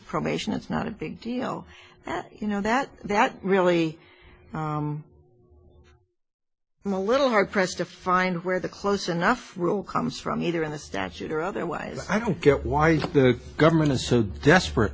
from asia it's not a big deal you know that that really a little hard pressed to find where the close enough rule comes from either in the statute or otherwise i don't get why the government is so desperate